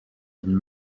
and